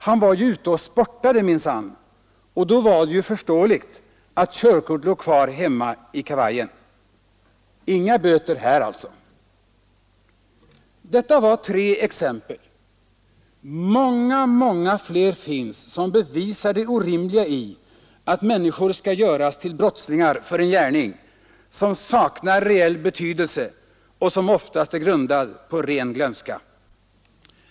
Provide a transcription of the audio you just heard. Han var ju ute och sportade minsann, och då var det ju förståeligt att körkortet låg kvar hemma i kavajen! Inga böter här alltså! Detta var tre exempel. Många, många fler finns, som bevisar det orimliga i att människor skall göras till brottslingar för en gärning som saknar reell betydelse och som oftast är grundad på ren glömska.